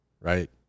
Right